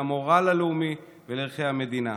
למורל הלאומי ולערכי המדינה.